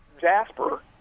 Jasper